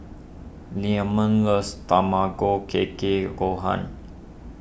Leamon loves Tamago Kake Gohan